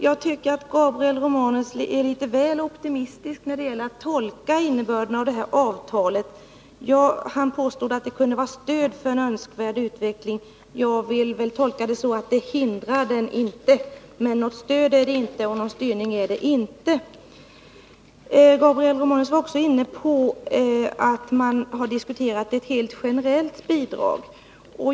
Jag tycker att Gabriel Romanus är väl optimistisk när det gäller att tolka innebörden av avtalet. Han påstod att det kunde vara ett stöd för en önskvärd utveckling. Jag tolkar det så att det inte hindrar den, men något stöd och någon styrning är det inte. Gabriel Romanus var också inne på att man har diskuterat ett helt generellt bidrag.